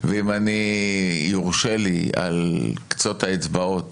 ואם יורשה לי בקצות האצבעות